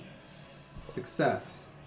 Success